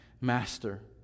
Master